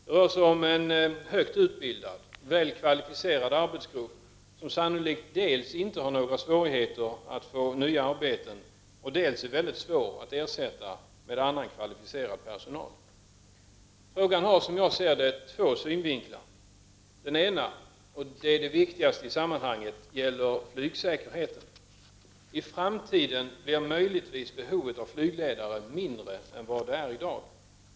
Det rör sig om en högt utbildad och väl kvalificerad arbetsgrupp, som sannolikt dels inte har några svårigheter att få nya arbeten, dels är mycket svår att ersätta med annan kvalificerad personal. Frågan har, som jag ser det, två synvinklar: Den ena — och det är det viktigaste — gäller flygsäkerheten. I framtiden blir möjligtvis behovet av flygledare mindre än vad det är i dag.